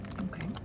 Okay